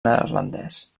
neerlandès